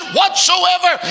whatsoever